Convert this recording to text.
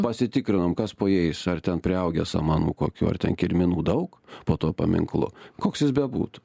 pasitikrinom kas po jais ar ten priaugę samanų kokių ar ten kirminų daug po tuo paminklu koks jis bebūtų